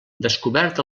descobert